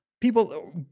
people